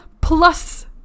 plus